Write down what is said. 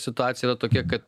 situacija yra tokia kad